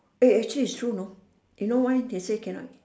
eh actually it's true you know you know why they say cannot